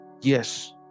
yes